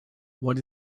what